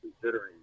considering